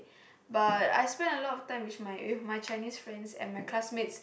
but I spend a lot of time with my with my Chinese friends and my classmates